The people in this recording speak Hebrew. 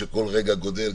שכל רגע גדל,